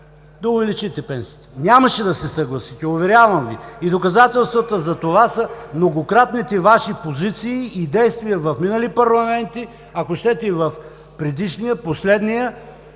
да увеличите пенсиите? Нямаше да се съгласите, уверявам Ви и доказателствата за това са многократните Ваши позиции и действия в минали парламенти, ако щете и в предишния – последният,